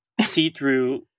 see-through